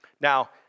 Now